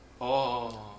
orh orh orh